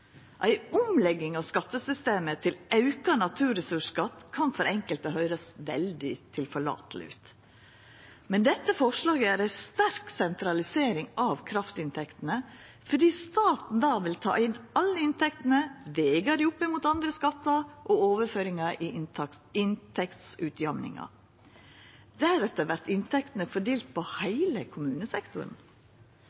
Ei omlegging av skattesystemet til auka naturressursskatt kan for enkelte høyrest veldig tilforlateleg ut, men forslaget er ei sterk sentralisering av kraftinntektene, for då vil staten ta inn alle inntektene og vega dei opp mot andre skattar og overføringa i inntektsutjamninga. Deretter vert inntektene fordelte på